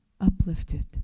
uplifted